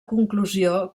conclusió